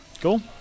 Cool